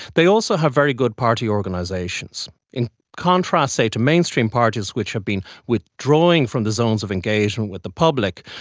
they also have very good party organisations. in contrast say to mainstream parties which have been withdrawing from the zones of engagement with the public,